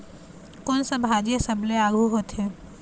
कोन सा भाजी हा सबले आघु होथे?